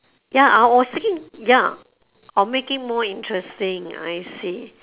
ya I was thinking ya I will make it more interesting I see